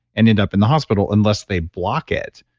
ended up in the hospital unless they block it.